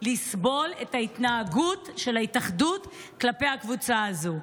לסבול את ההתנהגות של ההתאחדות כלפי הקבוצה הזו?